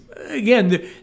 Again